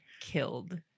killed